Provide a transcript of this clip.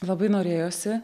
labai norėjosi